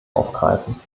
aufgreifen